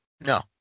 No